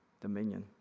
dominion